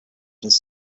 his